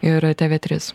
ir tv tris